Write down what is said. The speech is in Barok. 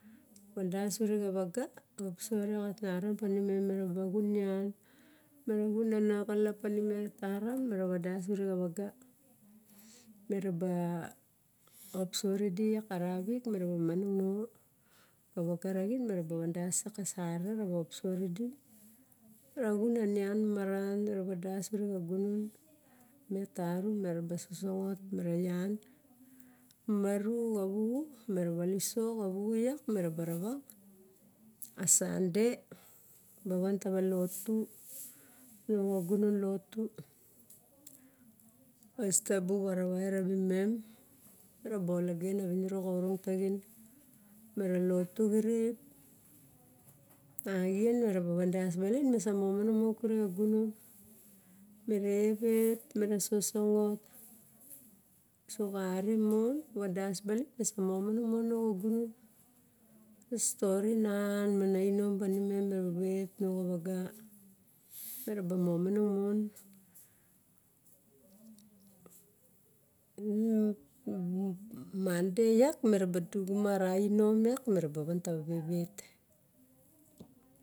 Van das ure xa vaga, oposot iak a taram panimem mera ba xun nian, me ra xun ana xalop pa nimet taram. me ra vadas ure xa vaga, me ra ba oposot idi ara vik, mi ra a monong rao xa vaga raxin mi ra a van das iak ka sarere ravo oposot idi, era xun a nian maran era vadas ure xa garan, met tarum me raba sosongot me reon, maru xa vuxu me ra viliso xa vuxu iak me raba ravang a sunday ba van tava lotu, nao xa gunon lotu, esta bu varavai ra vimem rabo logen a viniro xaorong taxin, mera lotu xirip, axien mera ba van das balin me sa momonong mom kure xa gunon. Mere vep me ra sosongot. so xari mon vadas balin me sa momonong mon nao xa gunon, stori nan ma nainom panimem me vet nao xa van mera ba momonong mon monday iak meraba duxuma ara inom iak mera ba van tava vevet